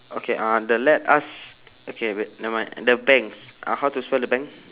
okay uh the let us okay wait nevermind the banks uh how to spell the bank